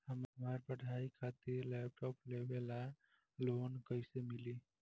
हमार पढ़ाई खातिर लैपटाप लेवे ला लोन कैसे मिली?